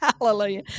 Hallelujah